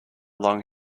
long